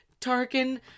Tarkin